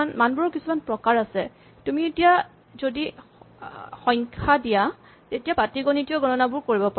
মানবোৰৰ কিছুমান প্ৰকাৰ আছে তুমি এতিয়া সংখ্যা যদি দিয়া তেতিয়া পাটীগণিতিয় গণনাবোৰ কৰিব পাৰিবা